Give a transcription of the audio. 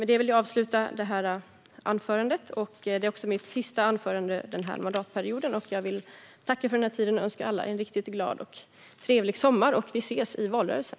Detta är mitt sista anförande under den här mandatperioden, och jag vill tacka för den här tiden och önska alla en riktigt glad och trevlig sommar. Vi ses i valrörelsen!